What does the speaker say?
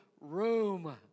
room